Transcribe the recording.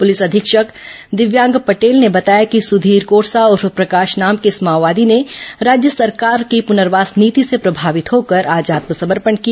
प्रलिस अधीक्षक दिव्यांग पटेल ने बताया कि सुधीर कोरसा उर्फ प्रकाश नाम के इस माओवादी ने राज्य सरकार की पुनर्वास नीति से प्रभावित होकर आज आत्मसमर्पण किया